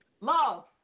Love